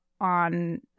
on